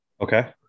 Okay